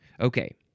Okay